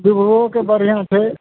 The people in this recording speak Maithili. बिभोओके बढ़िआँ छै